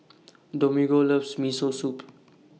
Domingo loves Miso Soup